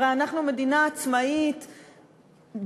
הרי אנחנו מדינה עצמאית בת-קיימא,